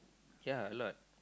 k lah a lot